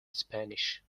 spanish